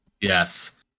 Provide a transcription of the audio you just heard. Yes